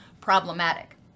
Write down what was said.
problematic